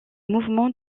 mouvement